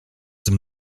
some